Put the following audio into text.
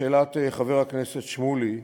לשאלת חבר הכנסת שמולי,